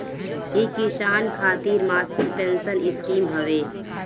इ किसान खातिर मासिक पेंसन स्कीम हवे